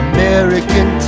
American